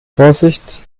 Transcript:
vorsicht